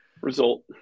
result